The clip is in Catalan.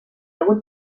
hagut